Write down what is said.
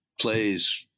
plays